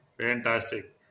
Fantastic